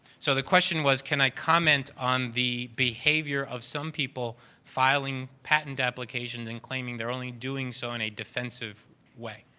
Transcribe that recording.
so, the question was, can i comment on the behavior of some people filing patent application and claiming, they're only doing so in a defensive way.